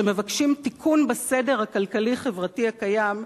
שמבקשים תיקון בסדר הכלכלי-חברתי הקיים,